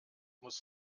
muss